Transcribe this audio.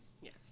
Yes